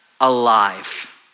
alive